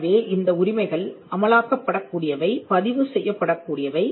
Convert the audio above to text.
எனவே இந்த உரிமைகள் அமலாக்கப் படக் கூடியவை பதிவு செய்யப்படக் கூடியவை